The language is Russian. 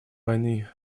войны